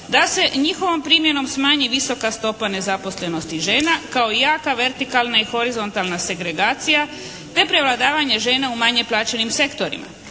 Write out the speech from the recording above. da se njihovom primjenom smanji visoka stopa nezaposlenosti žena kao i jaka vertikalna i horizontalna segregacija te prevladavanje žena u manje plaćenim sektorima.